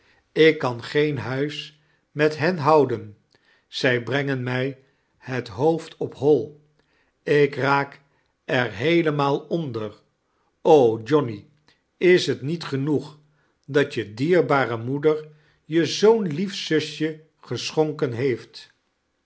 ik kan geen huis met ben houden zij brengen mij bet boofd op bol ik raak er heelemaal onder o johnny is t niet genoeg dat je dierbare moeder je zoo'n lief zusje geschonken heeft